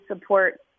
support